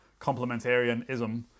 complementarianism